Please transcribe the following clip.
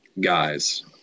guys